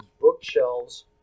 bookshelves